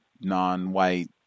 non-white